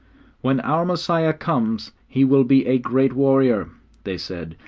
when our messiah comes he will be a great warrior they said.